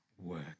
work